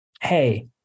hey